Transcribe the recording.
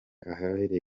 ahabereye